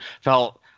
felt